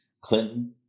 Clinton